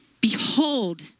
Behold